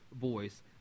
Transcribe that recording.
voice